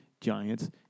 Giants